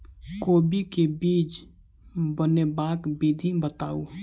कोबी केँ बीज बनेबाक विधि बताऊ?